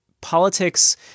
politics